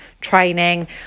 training